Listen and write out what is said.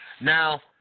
Now